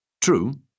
True